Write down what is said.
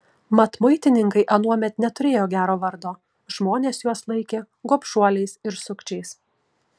mat muitininkai anuomet neturėjo gero vardo žmonės juos laikė gobšuoliais ir sukčiais